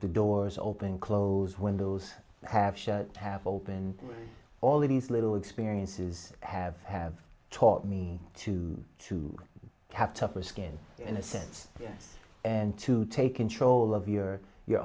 the doors open close windows have shut have opened all these little experiences have have taught me to to have tougher skin in a sense yes and to take control of your your